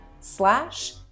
slash